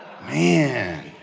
Man